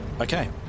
Okay